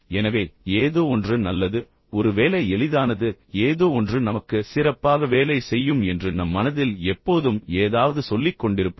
எனவே ஏதோ ஒன்று நல்லது ஒரு வேலை எளிதானது ஏதோ ஒன்று நமக்கு சிறப்பாக வேலை செய்யும் என்று நம் மனதில் எப்போதும் ஏதாவது சொல்லிக்கொண்டிருப்பது